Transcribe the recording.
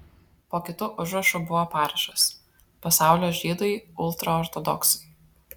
po kitu užrašu buvo parašas pasaulio žydai ultraortodoksai